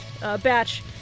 batch